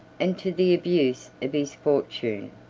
and to the abuse of his fortune.